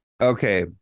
Okay